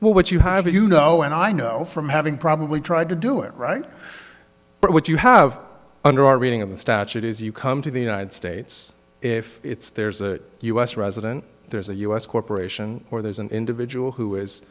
well what you have but you know and i know from having probably tried to do it right but what you have under our reading of the statute is you come to the united states if there's a u s resident there's a u s corporation or there's an individual who is